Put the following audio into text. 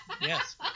Yes